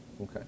Okay